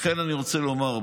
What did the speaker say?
לכן אני רוצה לומר,